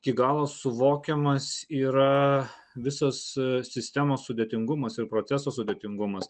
iki galo suvokiamas yra visas sistemos sudėtingumas ir proceso sudėtingumas